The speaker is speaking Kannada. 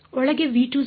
ಒಳಗೆ ಸರಿ